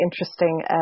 interesting